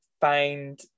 find